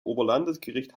oberlandesgericht